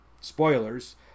spoilers